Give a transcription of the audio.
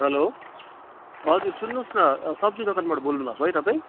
hello हजुर सुन्नुहोस् न सब्जी दोकानबाट बोल्नुभएको है तपाईँ